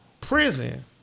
prison